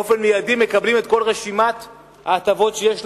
באופן מיידי מאבדים את כל רשימת ההטבות שיש להם,